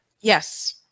Yes